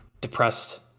depressed